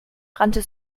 rannte